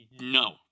no